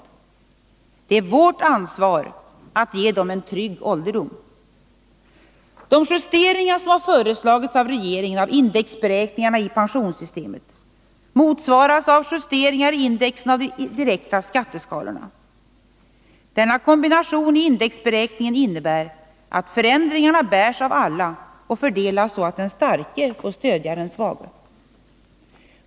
Nu är det vårt ansvar att ge dem en trygg ålderdom. De justeringar som har föreslagits av regeringen av indexberäkningarna i pensionssystemet motsvaras av justeringar i indexen för de direkta skatteskalorna. Denna kombination innebär att förändringarna bärs av alla och fördelas så att den starke får stödja den svage.